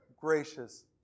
gracious